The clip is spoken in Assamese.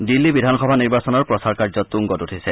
দিল্লী বিধানসভা নিৰ্বাচনৰ প্ৰচাৰ কাৰ্য তুংগত উঠিছে